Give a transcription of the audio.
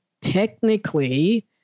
technically